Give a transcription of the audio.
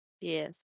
Yes